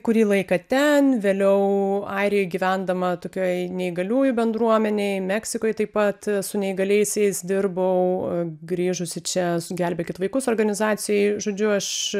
kurį laiką ten vėliau airijoj gyvendama tokioj neįgaliųjų bendruomenej meksikoj taip pat su neįgaliaisiais dirbau grįžusi čia gelbėkit vaikus organizacijoj žodžiu aš